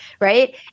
Right